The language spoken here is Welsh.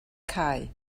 cae